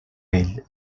ell